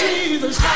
Jesus